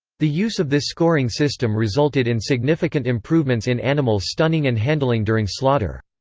the use of this scoring system resulted in significant improvements in animal stunning and handling during slaughter.